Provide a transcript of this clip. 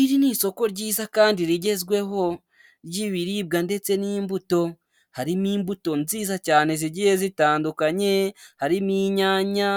Iri ni isoko ryiza kandi rigezweho ry'ibiribwa ndetse n'imbuto, Harimo imbuto nziza cyane zigiye zitandukanye harimo inyanya,